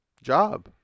job